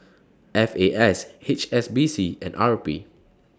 F A S H S B C and R P